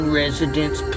residents